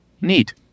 Neat